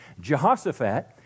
Jehoshaphat